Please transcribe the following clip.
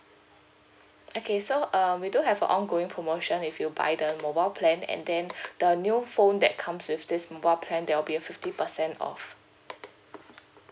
okay so um we do have a ongoing promotion if you buy the mobile plan and then the new phone that comes with this mobile plan there will be a fifty percent off